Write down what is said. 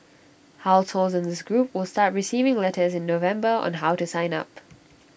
households in this group will start receiving letters in November on how to sign up